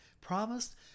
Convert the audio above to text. Promised